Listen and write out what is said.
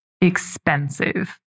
expensive